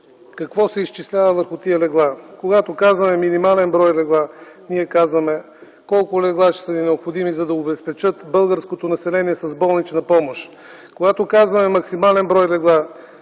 какво се изчислява върху тези легла? Когато казваме „минимален брой легла”, ние казваме колко легла ще са ни необходими, за да обезпечат българското население с болнична помощ. Когато казваме „максимален брой легла”,